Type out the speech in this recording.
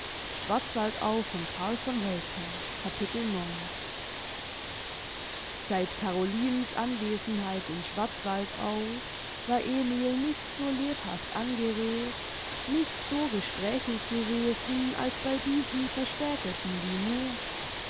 capitel seit carolinens anwesenheit in schwarzwaldau war emil nicht so lebhaft angeregt nicht so gesprächig gewesen als bei diesem verspäteten diner